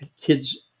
kids